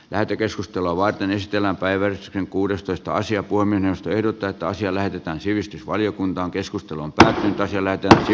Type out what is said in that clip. lähetekeskustelua varten ystävänpäivä on kuudestoista puhemiesneuvosto ehdottaa että asia lähetetään sivistysvaliokuntaankeskustelun kääntää siellä tosi